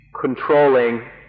controlling